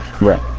Right